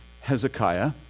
Hezekiah